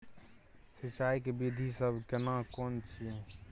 सिंचाई के विधी सब केना कोन छिये?